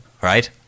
right